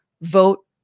vote